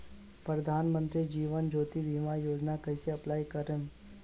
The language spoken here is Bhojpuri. प्रधानमंत्री जीवन ज्योति बीमा योजना कैसे अप्लाई करेम?